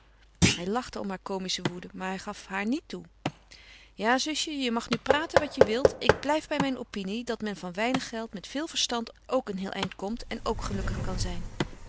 hij lachte om haar komische woede maar hij gaf haar niet toe ja zusje je mag nu praten wat je wilt ik blijf bij mijn opinie dat men van weinig geld met veel verstand ook een heel eind komt en ook gelukkig kan zijn